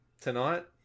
tonight